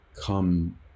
come